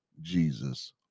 Jesus